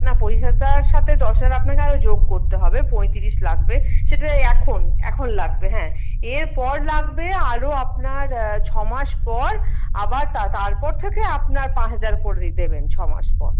না পঁচিশ হাজারের সাথে দশ হাজার আপনাকে আরও যোগ করতে হবে পঁয়ত্রিশ লাগবে সেটা এই এখন এখন লাগবে হ্যাঁ এরপর লাগবে আরও আপনার ছমাস পর আবার তারপর থেকে আপনার পাঁচ হাজার করেই দেবেন ছমাস পর